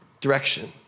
direction